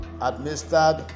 administered